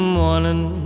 morning